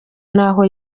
naho